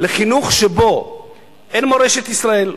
לחינוך שבו אין מורשת ישראל,